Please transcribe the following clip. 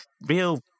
real